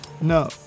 no